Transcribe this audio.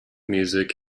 music